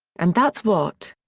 and that's what.